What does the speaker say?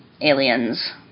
Aliens